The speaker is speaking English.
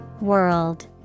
World